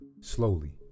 slowly